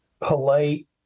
polite